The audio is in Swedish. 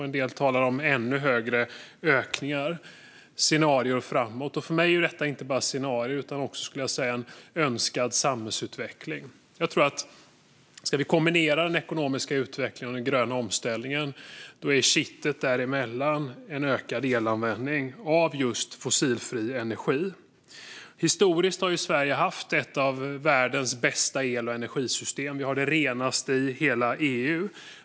En del talar om ännu större ökningar som scenarier framåt. För mig är detta inte bara scenarier utan också en önskad samhällsutveckling. Ska vi kombinera den ekonomiska utvecklingen och den gröna omställningen tror jag att kittet däremellan är en ökad elanvändning från just fossilfri energi. Historiskt har Sverige haft ett av världens bästa el och energisystem. Vi har det renaste i hela EU.